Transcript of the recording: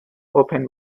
open